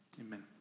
Amen